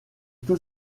tous